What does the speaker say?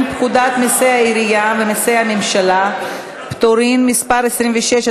פקודת מסי העירייה ומסי הממשלה (פטורין) (מס' 26),